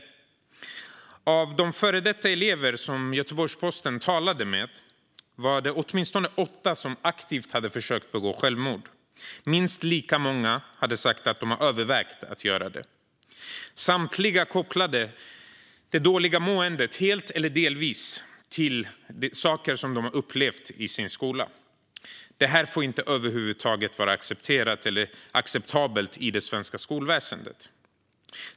Bland de före detta elever som Göteborgs-Posten talade med var det åtminstone åtta som aktivt hade försökt begå självmord. Minst lika många hade sagt att de hade övervägt att göra det. Samtliga kopplade det dåliga måendet helt eller delvis till saker som de hade upplevt i sin skola. Sådant får över huvud taget inte vara accepterat eller acceptabelt i det svenska skolväsendet.